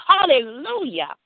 Hallelujah